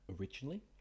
Originally